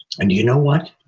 and do you know what?